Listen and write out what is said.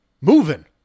moving